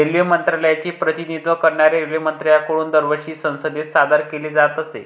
railway मंत्रालयाचे प्रतिनिधित्व करणाऱ्या रेल्वेमंत्र्यांकडून दरवर्षी संसदेत सादर केले जात असे